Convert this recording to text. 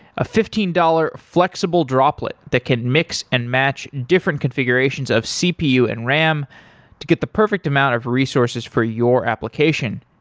a fifteen dollars flexible droplet that can mix and match different configurations of cpu and ram to get the perfect amount of resources for your application.